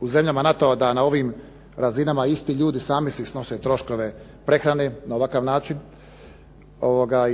u zemljama NATO-a da nam ovim razinama isti ljudi sami si snose troškove prehrane na ovakav način